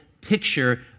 picture